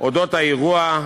אודות האירוע,